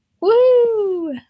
Woo